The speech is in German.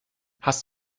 hast